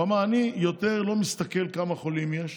הוא אמר: אני יותר לא מסתכל כמה חולים יש.